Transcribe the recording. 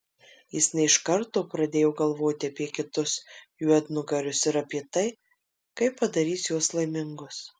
jis ne iš karto pradėjo galvoti apie kitus juodnugarius ir apie tai kaip padarys juos laimingus